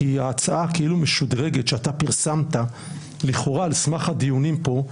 כי ההצעה הכאילו משודרגת שאתה פרסמת לכאורה על סמך הדיונים פה,